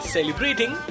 Celebrating